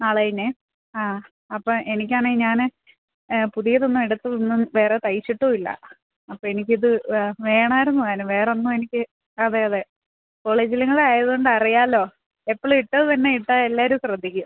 നാളെ കഴിഞ്ഞ് ആ അപ്പം എനിക്ക് ആണേൽ ഞാൻ പുതിയത് ഒന്നും എടുത്തതൊന്നും വേറെ തയിച്ചിട്ടും ഇല്ല അപ്പം എനിക്കിത് വേണമായിരുന്നു അങ്ങനെ വേറൊന്നും എനിക്ക് അതെ അതെ കോളേജിലും കൂടായത് കൊണ്ട് അറിയാമല്ലോ എപ്പളും ഇട്ടത് തന്നെ ഇട്ടാൽ എല്ലാവരും ശ്രദ്ധിക്കും